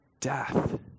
death